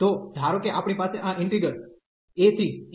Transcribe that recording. તો ધારો કે આપણી પાસે આ ઈન્ટિગ્રલ a થી abfxdx છે